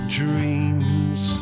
dreams